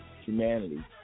Humanity